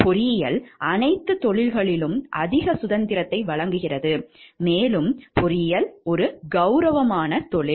பொறியியல் அனைத்து தொழில்களிலும் அதிக சுதந்திரத்தை வழங்குகிறது மேலும் பொறியியல் ஒரு கெளரவமான தொழில்